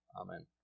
Amen